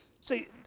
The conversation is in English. see